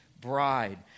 bride